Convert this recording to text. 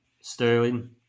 Sterling